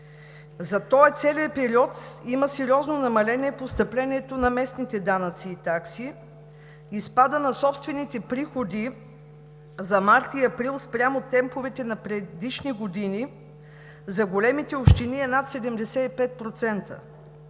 За целия този период има сериозно намаление в постъплението на местните данъци и такси и спадът на собствените приходи за март и април спрямо темповете на предишни години за големите общини е над 75%,